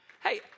Hey